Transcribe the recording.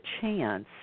chance